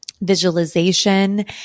visualization